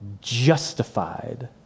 justified